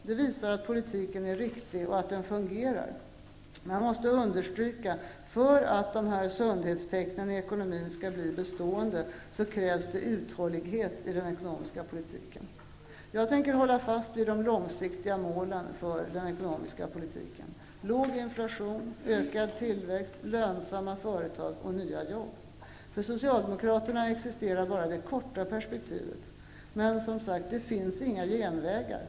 Det visar att politiken är riktig och att den fungerar. Men jag måste understryka: för att sundhetstecknen i ekonomin skall bli bestående krävs det uthållighet i den ekonomiska politiken. Jag tänker hålla fast vid de långsiktiga målen för den ekonomiska politiken, dvs. låg inflation, ökad tillväxt, lönsamma företag och nya jobb. För Socialdemokraterna existerar bara det korta perspektivet. Men det finns som sagt inga genvägar.